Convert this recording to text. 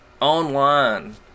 online